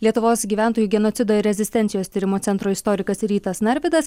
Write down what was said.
lietuvos gyventojų genocido ir rezistencijos tyrimo centro istorikas rytas narvydas